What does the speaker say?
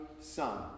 son